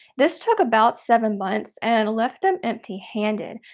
this took about seven months and left them empty handed,